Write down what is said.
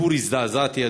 בביקור הזדעזעתי,